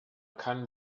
kann